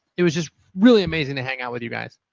it was just really amazing to hang out with you guys.